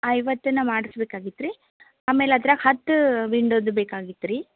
ಐವತ್ತು ತನಕ ಮಾಡ್ಸಬೇಕಾಗಿತ್ತು ರೀ ಆಮೇಲೆ ಅದ್ರಾಗ ಹತ್ತು ವಿಂಡೋದು ಬೇಕಾಗಿತ್ತು ರೀ